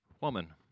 woman